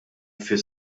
fis